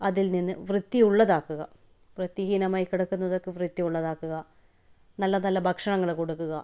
അതിൽ നിന്ന് വൃത്തി ഉള്ളതാക്കുക വൃത്തിഹീനമായി കിടക്കുന്നതൊക്കെ വൃത്തി ഉള്ളതാക്കുക നല്ല നല്ല ഭക്ഷണങ്ങൾ കൊടുക്കുക